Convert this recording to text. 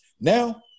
Now